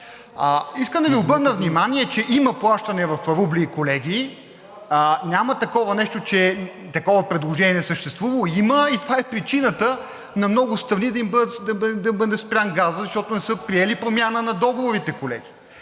Искам да Ви обърна внимание, че има плащане в рубли, колеги. Няма такова нещо, че такова предложение не съществува. Има и това е причината на много страни да им бъде спрян газът, защото не са приели промяна на договорите, колеги.